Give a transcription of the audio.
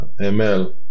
ML